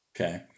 Okay